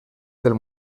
del